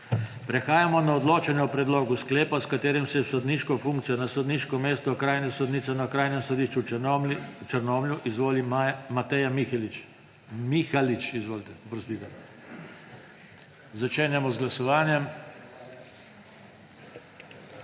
Prehajamo na odločanje o predlogu sklepa, s katerim se v sodniško funkcijo na sodniško mesto okrajne sodnice na Okrajnem sodišču v Črnomlju izvoli Mateja Mihalič. Začenjamo z glasovanjem.